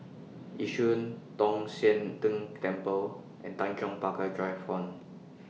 Yishun Tong Sian Tng Temple and Tanjong Pagar Drive one